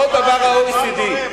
אותו הדבר ה-OECD.